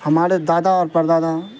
ہمارے دادا اور پر دادا